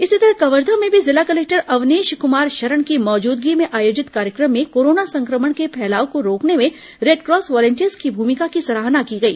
इसी तरह कवर्धा में भी जिला कलेक्टर अवनीश कमार शरण की मौजूदगी में आयोजित कार्यक्रम में कोरोना संक्रमण के फैलाव को रोकने में रेडक्रॉस वॉलेंटियर्स की भूमिका की सराहना की गई